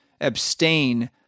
abstain